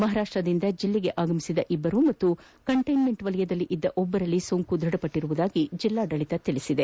ಮಹಾರಾಷ್ಟದಿಂದ ಜಿಲ್ಲೆಗೆ ಆಗಮಿಸಿದ ಇಬ್ಬರು ಹಾಗೂ ಕಂಟೈನ್ಮೆಂಟ್ ವಲಯದಲ್ಲಿ ಇದ್ದ ಒಬ್ಬರಲ್ಲಿ ಸೋಂಕು ಖಚಿತಪಟ್ಟದೆ ಎಂದು ಜಿಲ್ಲಾಡಳಿತ ತಿಳಿಸಿದೆ